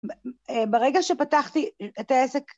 ברגע שפתחתי את העסק...